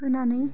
होनानै